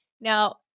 Now